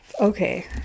Okay